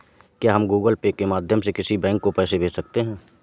क्या हम Google Pay के माध्यम से किसी बैंक को पैसे भेज सकते हैं?